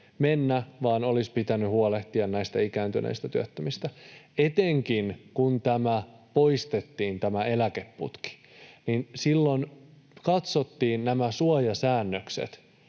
mennä, vaan olisi pitänyt huolehtia ikääntyneistä työttömistä. Etenkin kun poistettiin eläkeputki, niin silloin katsottiin nämä suojasäännökset.